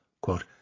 Quote